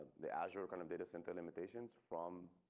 the azure kind of data center limitations from.